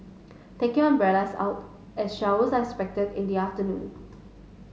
take your umbrellas out as showers are expected in the afternoon